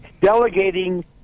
delegating